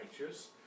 righteous